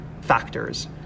factors